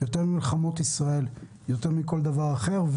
יותר ממלחמות ישראל ויותר מכל דבר אחר.